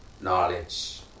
knowledge